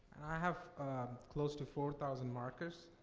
have close to four thousand markers,